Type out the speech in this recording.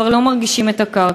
כבר לא מרגישים את הקרקע.